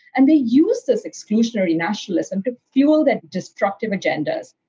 and they use this exclusionary nationalism to fuel their destructive agendas.